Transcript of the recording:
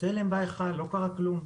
צלם בהיכל, לא קרה כלום.